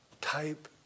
type